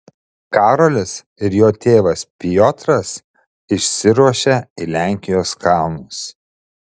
karolis ir jo tėvas piotras išsiruošia į lenkijos kalnus